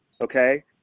okay